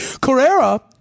Carrera